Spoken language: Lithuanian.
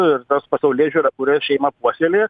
ir tas pasaulėžiūrą kurią šeima puoselėja